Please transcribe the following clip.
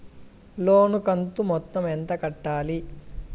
లోను కంతు మొత్తం ఎంత కట్టాలి?